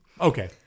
Okay